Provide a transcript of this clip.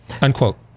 Unquote